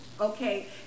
Okay